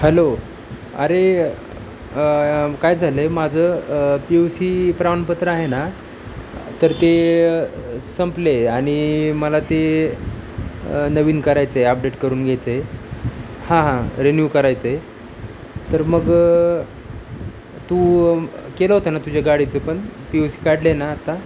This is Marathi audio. हॅलो अरे काय झालं आहे माझं पी यू सी प्रमाणपत्र आहे ना तर ते संपलं आहे आणि मला ते नवीन करायचे अपडेट करून घ्यायचे हा हा रिन्यू करायचे तर मग तू केलं होतं ना तुझ्या गाडीचं पण पी यू सी काढले ना आता